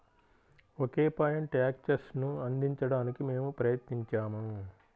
ఒకే point యాక్సెస్ను అందించడానికి మేము ప్రయత్నించాము